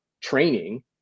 training